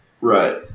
Right